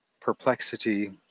perplexity